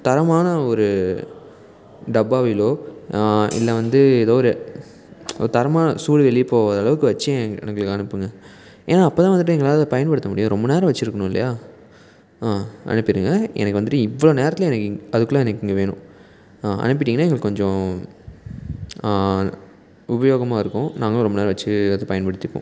தரமான ஒரு டப்பாவிலோ இல்லை வந்து ஏதோ ஒரு தரமான சூடு வெளியே போகாத அளவுக்கு வெச்சு எனக்கு அனுப்புங்க ஏன்னால் அப்போதான் வந்துட்டு எங்களால் பயன்படுத்த முடியும் ரொம்ப நேரம் வெச்சுருக்கணும் இல்லையா அனுப்பிடுங்க எனக்கு வந்துட்டு இவ்வளோ நேரத்தில் எனக்கு அதுக்குள்ளே எனக்கு இங்கே வேணும் அனுப்பிவிட்டீங்கன்னா எங்களுக்கு கொஞ்சம் உபயோகமாக இருக்கும் நாங்களும் ரொம்ப நேரம் வெச்சு அதை பயன்படுத்திப்போம்